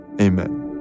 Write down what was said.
amen